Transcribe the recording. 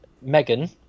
Megan